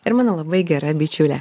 ir mano labai gera bičiule